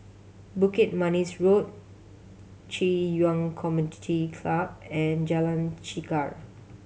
Bukit Manis Road Ci Yuan Community Club and Jalan Chegar